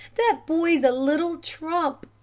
that boy's a little trump!